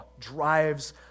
drives